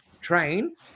train